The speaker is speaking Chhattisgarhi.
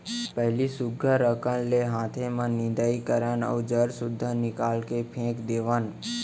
पहिली सुग्घर अकन ले हाते म निंदई करन अउ जर सुद्धा निकाल के फेक देवन